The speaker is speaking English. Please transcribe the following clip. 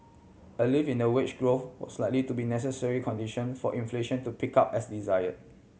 a lift in the wage growth was likely to be necessary condition for inflation to pick up as desire